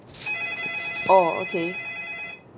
oh okay